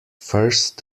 first